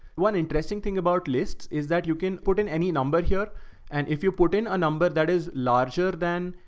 one interesting thing about lists is that you can put in any number here and if you put in a number that is larger than.